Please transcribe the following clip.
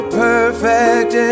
perfect